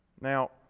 Now